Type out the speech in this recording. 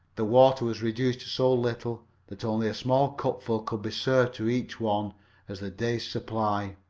the water was reduced to so little that only a small cupful could be served to each one as the day's supply.